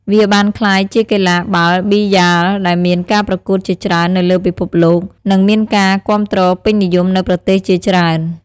វាបានក្លាយជាកីឡាបាល់ប៊ីយ៉ាលដែលមានការប្រកួតជាច្រើននៅលើពិភពលោក និងមានការគាំទ្រពេញនិយមនៅប្រទេសជាច្រើន។